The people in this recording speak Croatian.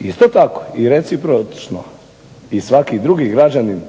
isto tako i recipročno i svaki drugi građanin